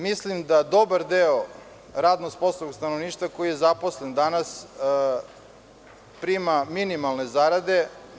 Mislim da dobar deo radnog sposobnog stanovništva, koji je zaposlen danas, prima minimalne zarade.